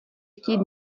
chtít